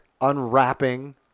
unwrapping